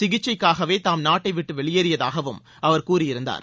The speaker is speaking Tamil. சிகிச்சைக்காகவே தாம் நாட்டை விட்டு வெளியேறியதாகவும் அவர் கூறியிருந்தார்